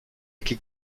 could